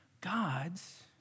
gods